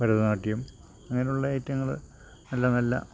ഭരതനാട്യം അങ്ങനെ ഉള്ള ഐറ്റങ്ങൾ നല്ല നല്ല